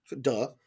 Duh